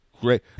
great